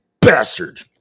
bastard